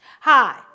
Hi